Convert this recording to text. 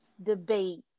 debate